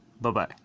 Bye-bye